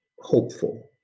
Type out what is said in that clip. hopeful